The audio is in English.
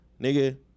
nigga